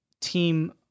team